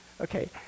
okay